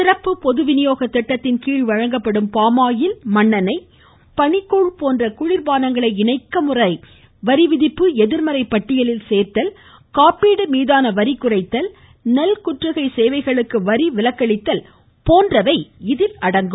சிறப்பு பொதுவிநியோகத் திட்டத்தின்கீழ் வழங்கப்படும் பாமாயில் மற்றும் மண்ணெண்ணெய் பனிக்கூழ் போன்ற குளிர்பானங்களை இணக்க முறை வரிவிதிப்பு எதிர்மறை பட்டியலில் சேர்த்தல் காப்பீடு மீதான வரி குறைத்தல் நெல் குற்றுகை சேவைகளுக்கு வரி விலக்களித்தல் போன்றவை இதில் அடங்கும்